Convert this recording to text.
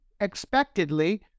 expectedly